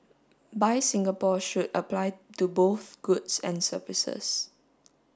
buy Singapore should apply to both goods and services